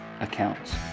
accounts